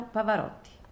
Pavarotti